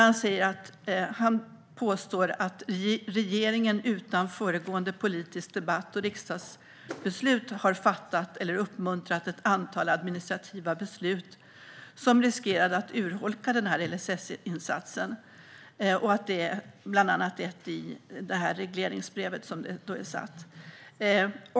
Han påstår att regeringen utan föregående politisk debatt och riksdagsbeslut har uppmuntrat ett antal administrativa beslut som riskerade att urholka LSS-insatsen och att det bland annat har gjorts i regleringsbrevet.